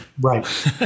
Right